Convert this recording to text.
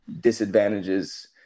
disadvantages